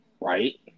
right